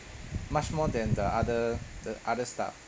much more than the other the other staff